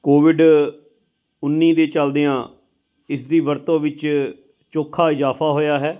Covid ਉੱਨੀ ਦੇ ਚੱਲਦਿਆਂ ਇਸ ਦੀ ਵਰਤੋਂ ਵਿੱਚ ਚੋਖਾ ਇਜਾਫਾ ਹੋਇਆ ਹੈ